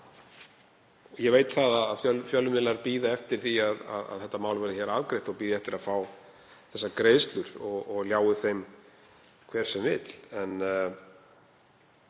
Ég veit að fjölmiðlar bíða eftir því að þetta mál verði afgreitt og bíða eftir því að fá þessar greiðslur, og ljái þeim hver sem vill.